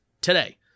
today